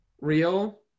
real